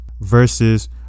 versus